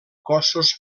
cossos